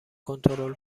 کنترل